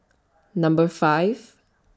Number five